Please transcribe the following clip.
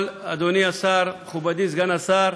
אבל, אדוני השר, מכובדי סגן השר,